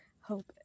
hope